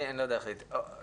אני לא יודע איך אוקיי.